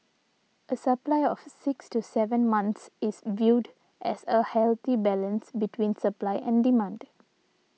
a supply of six to seven months is viewed as a healthy balance between supply and demand